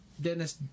Dennis